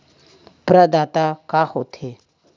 प्रदाता का हो थे?